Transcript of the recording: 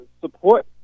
support